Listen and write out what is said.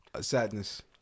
Sadness